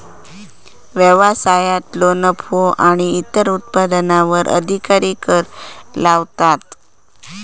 व्यवसायांतलो नफो आणि इतर उत्पन्नावर अधिकारी कर लावतात